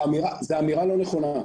זו אמירה לא נכונה.